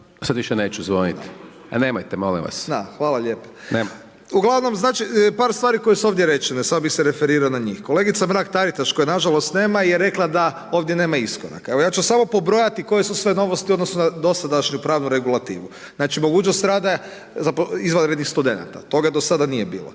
sada više neću zvoniti. Nemojte molim vas. Nemojte. **Sokol, Tomislav (HDZ)** Hvala lijepa. Uglavnom par stvari koje su ovdje rečene samo bih se referirao na njih. Kolegica Mrak Taritaš koje na žalost nema je rekla da ovdje nema iskoraka. Evo ja ću samo pobrojati koje su sve novosti u odnosu na dosadašnju pravnu regulativu. Znači mogućnost rada izvanrednih studenata. Toga do sada nije bilo.